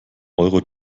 euro